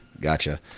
Gotcha